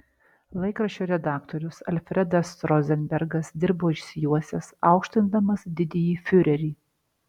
laikraščio redaktorius alfredas rozenbergas dirbo išsijuosęs aukštindamas didįjį fiurerį